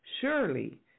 Surely